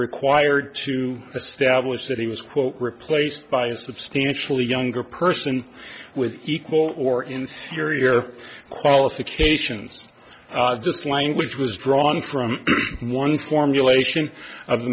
required to establish that he was quote replaced by a substantially younger person with equal or in theory or qualifications this language was drawn from one formulation of the